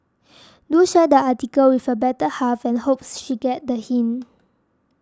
do share the article with your better half and hopes she get the hint